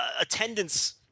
attendance –